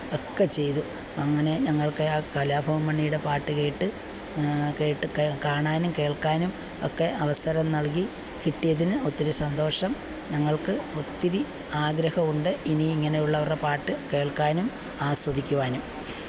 എക്കെ ചെയ്തു അങ്ങനെ ഞങ്ങള്ക്കെ ആ കലാഭവന് മണിയുടെ പാട്ട് കേട്ട് കേട്ട് കാണാനും കേള്ക്കാനും എക്കെ അവസരം നല്കി കിട്ടിയതിന് ഒത്തിരി സന്തോഷം ഞങ്ങള്ക്ക് ഒത്തിരി ആഗ്രഹമുണ്ട് ഇനിയും ഇങ്ങനെയുള്ളവരുടെ പാട്ട് കേള്ക്കാനും ആസ്വദിക്കുവാനും